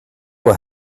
will